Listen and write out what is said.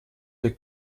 der